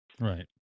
Right